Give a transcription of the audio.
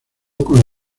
con